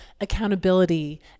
accountability